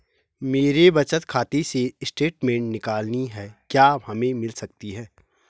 मेरे बचत खाते से स्टेटमेंट निकालनी है क्या हमें मिल सकती है?